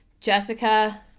Jessica